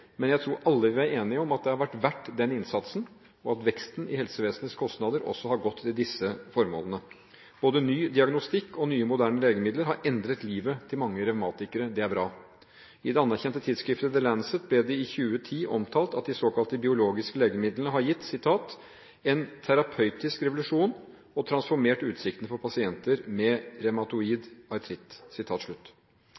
men jeg tror alle vil være enige om at det har vært verdt den innsatsen, og at veksten i helsevesenets kostnader også har gått til disse formålene. Både ny diagnostikk og nye moderne legemidler har endret livet til mange revmatikere. Det er bra. I det anerkjente tidsskriftet The Lancet ble det i 2010 omtalt at de såkalt biologiske legemidlene har gitt «en terapeutisk revolusjon og transformert utsiktene for pasienter med